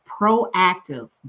proactive